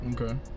Okay